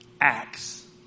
acts